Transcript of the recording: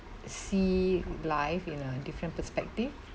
see life in a different perspective